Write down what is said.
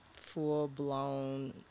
full-blown